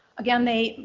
again they,